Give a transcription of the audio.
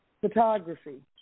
photography